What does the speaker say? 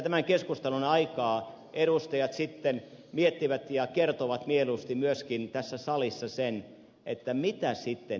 tämän keskustelun aikaan edustajat sitten miettivät ja kertovat mieluusti myöskin tässä salissa sen mitä sitten tilalle